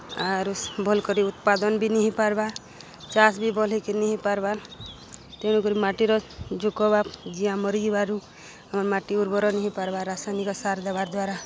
ଆରୁ ଭଲ୍ କରି ଉତ୍ପାଦନ ବି ନେଇ ହେଇପାର୍ବାର୍ ଚାଷ୍ ବି ଭଲ୍ ହେଇକି ନିହେଇପାର୍ବାର୍ ତେଣୁକରି ମାଟିର ଜୁକ ବା ଜିଆଁ ମରିଯିବାରୁ ଆମ ମାଟି ଉର୍ବର ନେଇହେଇପାର୍ବା ରାସାୟନିକ ସାର ଦେବାର୍ ଦ୍ୱାରା